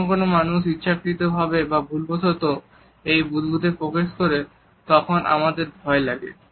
যখন কোন মানুষ ইচ্ছাকৃতভাবে বা ভুলবশত এই বুদবুদে প্রবেশ করে আমাদের তখন ভয় লাগে